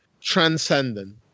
transcendent